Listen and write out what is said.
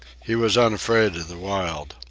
he was unafraid of the wild.